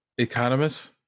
economist